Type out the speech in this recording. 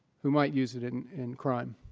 who might use it in in crime.